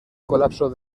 colapso